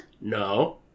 No